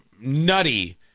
nutty